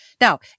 Now